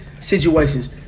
situations